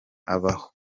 abaho